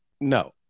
No